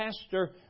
pastor